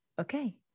Okay